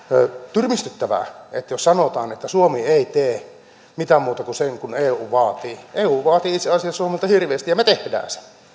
tyrmistyttävää jos sanotaan että suomi ei tee mitään muuta kuin sen minkä eu vaatii eu vaatii itse asiassa suomelta hirveästi ja me teemme